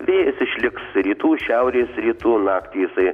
vėjas išliks rytų šiaurės rytų naktį jisai